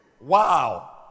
Wow